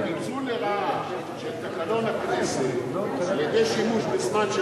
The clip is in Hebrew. זה ניצול לרעה של תקנון הכנסת על-ידי שימוש בזמן של